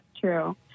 true